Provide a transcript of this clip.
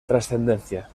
trascendencia